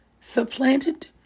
Supplanted